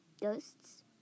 ghosts